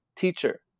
teacher